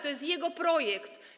To jest jego projekt.